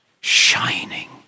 shining